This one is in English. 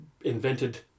invented